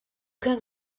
can